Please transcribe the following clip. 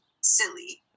silly